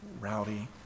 rowdy